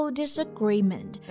disagreement